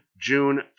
June